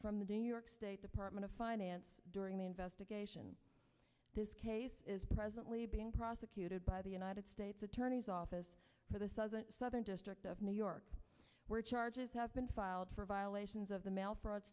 from the do york state department of finance during the investigation this case is presently being prosecuted by the united states attorney's office for the southern district of new york charges have been filed for violations of the mail fraud